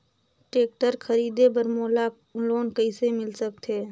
Tractor खरीदे बर मोला लोन कइसे मिल सकथे?